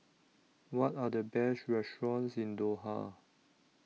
What Are The Best restaurants in Doha